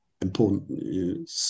important